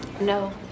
No